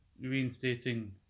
reinstating